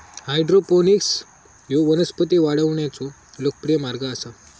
hydroponics ह्यो वनस्पती वाढवण्याचो लोकप्रिय मार्ग आसा